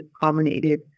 culminated